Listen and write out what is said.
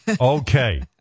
Okay